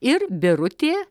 ir birutė